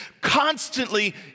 constantly